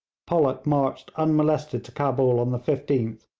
pollock marched unmolested to cabul on the fifteenth,